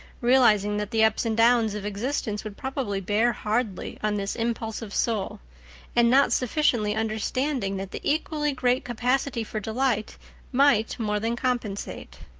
realizing that the ups and downs of existence would probably bear hardly on this impulsive soul and not sufficiently understanding that the equally great capacity for delight might more than compensate.